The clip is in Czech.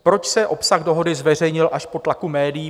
Proč se obsah dohody zveřejnil až po tlaku médií?